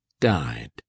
died